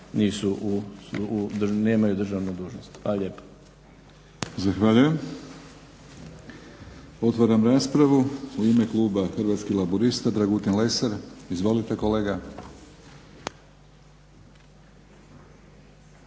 **Batinić, Milorad (HNS)** Zahvaljujem. Otvaram raspravu. U ime kluba Hrvatskih laburista Dragutin Lesar. Izvolite kolega.